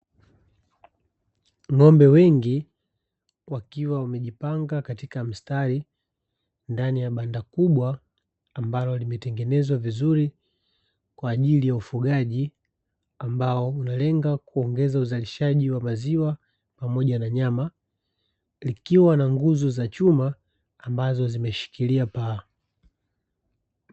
Ngo'mbe wengi wakiwa wamejipanga katika mstari ndani ya banda kubwa, ambalo limetengenezwa vizuri kwa ajili ya ufugaji ambao unalenga kuongeza uzalishaji wa maziwa pamoja na nyama, likiwa na nguzo za chuma ambazo zimeshikilia paa.